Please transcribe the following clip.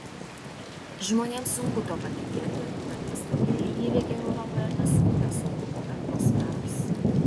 žmonėms sunku tuo patikėti bet pastarieji įvykiai europoje nesukuria saugumo atmosferos